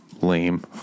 lame